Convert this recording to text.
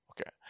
Okay